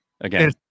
again